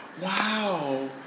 Wow